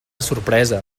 sorpresa